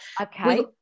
Okay